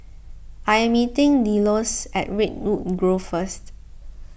I am meeting Delois at Redwood Grove first